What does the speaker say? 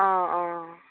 অঁ অঁ